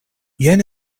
jen